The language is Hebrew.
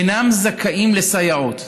אינם זכאים לסייעות.